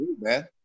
Man